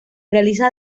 realiza